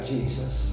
Jesus